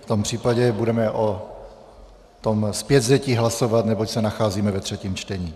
V tom případě budeme o zpětvzetí hlasovat, neboť se nacházíme ve třetím čtení.